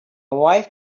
wife